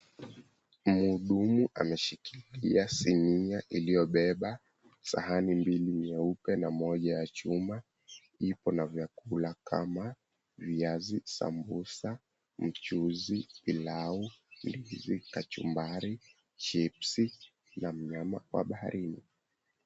Mhudumu ameshikilia sinia iliyobeba sahani mbili nyeupe na moja ya chuma, ipo na vyakula kama viazi, sambusa, mchuuzi, pilau, ndizi, kachumbari, chips na mnyama wa baharini.